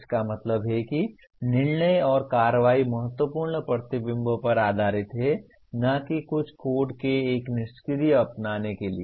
इसका मतलब है कि निर्णय और कार्रवाई महत्वपूर्ण प्रतिबिंब पर आधारित हैं न कि कुछ कोड के एक निष्क्रिय अपनाने के लिए